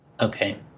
Okay